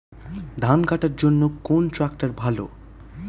ধান কাটার জন্য কোন ট্রাক্টর ভালো?